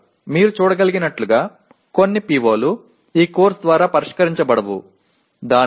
நீங்கள் சில POக்கள் இந்த பாடத்திட்டத்தால் விவரிக்கப்படவில்லை எனக் காணலாம்